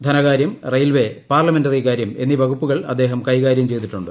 ധനകാര്യം ട്റിയിൽവേ പാർലമെന്ററികാര്യം എന്നീ വകുപ്പുകൾ അദ്ദേഹു ക്രെകാര്യം ചെയ്തിട്ടുണ്ട്